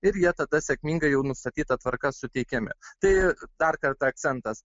ir jie tada sėkmingai jau nustatyta tvarka suteikiami tai dar kartą akcentas